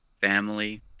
Family